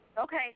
Okay